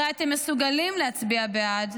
הרי אתם מסוגלים להצביע בעד,